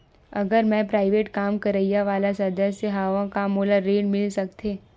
अगर मैं प्राइवेट काम करइया वाला सदस्य हावव का मोला ऋण मिल सकथे?